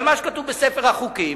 על מה שכתוב בספר החוקים,